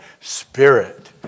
spirit